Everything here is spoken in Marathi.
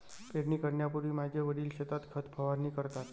पेरणी करण्यापूर्वी माझे वडील शेतात खत फवारणी करतात